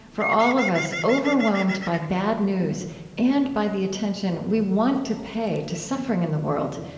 for all of us overwhelmed by bad news and by the attention we want to pay to suffering in the world,